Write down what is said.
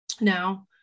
Now